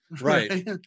Right